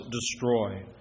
destroy